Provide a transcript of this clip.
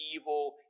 evil